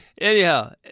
anyhow